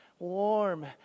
warm